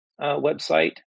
website